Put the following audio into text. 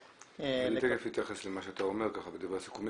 אני אתייחס למה שאתה אומר בדברי הסיכום.